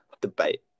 debate